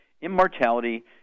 Immortality